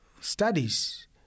studies